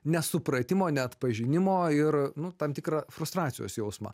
nesupratimo neatpažinimo ir nu tam tikrą frustracijos jausmą